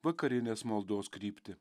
vakarinės maldos kryptį